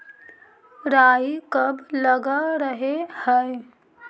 राई कब लग रहे है?